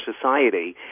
Society